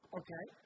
okay